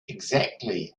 exactly